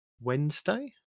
Wednesday